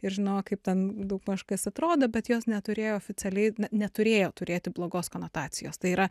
ir žinojo kaip ten daugmaž kas atrodo bet jos neturėjo oficialiai neturėjo turėti blogos konotacijos tai yra